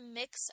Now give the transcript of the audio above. mix